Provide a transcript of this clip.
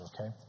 Okay